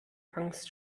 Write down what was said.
angst